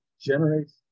generates